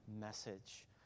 Message